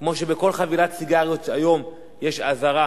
כמו שעל כל חבילת סיגריות היום יש אזהרה,